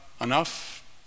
enough